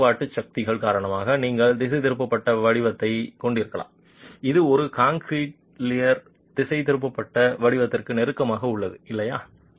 பக்கவாட்டு சக்திகள் காரணமாக நீங்கள் திசைதிருப்பப்பட்ட வடிவத்தைக் கொண்டிருக்கலாம் இது ஒரு கான்டிலீவர் திசைதிருப்பப்பட்ட வடிவத்திற்கு நெருக்கமாக உள்ளது இல்லையா